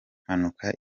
mpanuka